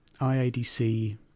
IADC